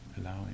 allowing